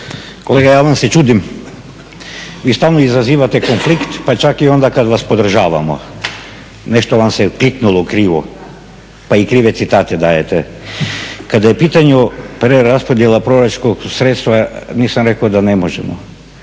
Kolega, ja vam se čudim. Vi stalno izaziva konflikt pa čak i onda kad vas podržavamo. Nešto vam se kliknulo krivo pa i krive citate dajete. Kada je u pitanju preraspodjela proračunskog … nisam rekao da ne možemo,